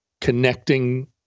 connecting